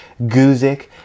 Guzik